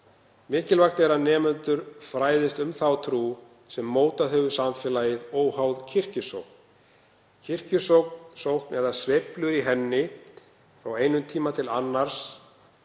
Mikilvægt er að nemendur fræðist um þá trú sem mótað hefur samfélagið óháð kirkjusókn. Kirkjusókn eða sveiflur í henni frá einum tíma til annars